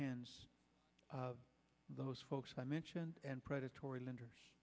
hands of those folks i mentioned and predatory lenders